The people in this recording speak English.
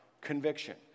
conviction